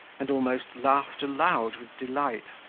and almost laughed aloud with delight.